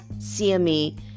CME